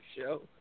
show